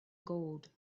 gold